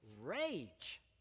rage